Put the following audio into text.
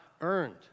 earned